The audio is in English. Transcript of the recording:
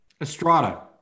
Estrada